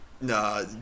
nah